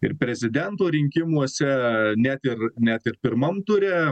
ir prezidento rinkimuose net ir net ir pirmam ture